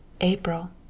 April